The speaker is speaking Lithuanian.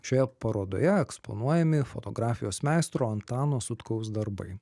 šioje parodoje eksponuojami fotografijos meistro antano sutkaus darbai